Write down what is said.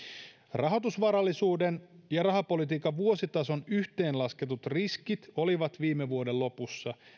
rahoitusvarallisuuden ja rahapolitiikan vuositason yhteen lasketut riskit olivat viime vuoden lopussa